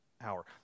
hour